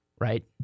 right